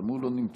גם הוא לא נמצא,